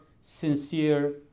sincere